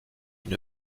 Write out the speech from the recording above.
une